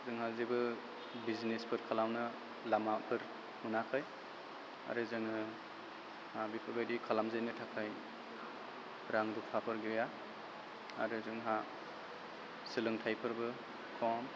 फैसा थाखा खामायनो थाखाय जोंहा जेबो बिजनेसफोर खालामनो लामाफोर मोनाखै आरो जोङो बेफोरबायदि खालाम जेननो थाखाय रां रुफाफोर गैया आरो जोंहा सोलोंथाइफोरबो खम